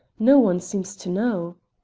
no one seems to know.